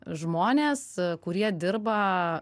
žmonės kurie dirba